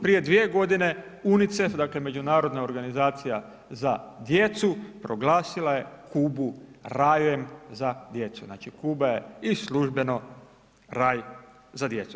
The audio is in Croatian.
Prije 2 godine UNICEF, dakle Međunarodna organizacija za djecu proglasila je Kubu rajem za djecu, znači Kuba je i službeno raj za djecu.